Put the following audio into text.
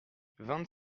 vingt